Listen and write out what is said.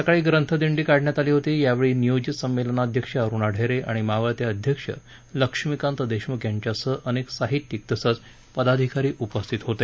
सकाळी ग्रंथदिंडी काढण्यात आली यावेळी नियोजित संमेलनाध्यक्ष अरुणा ठेरे आणि मावळते अध्यक्ष लक्ष्मीकांत देशमुख यांच्यासह अनेक साहित्यिक तसंच पदाधिकरी उपस्थित होते